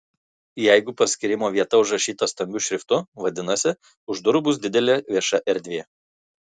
jeigu paskyrimo vieta užrašyta stambiu šriftu vadinasi už durų bus didelė vieša erdvė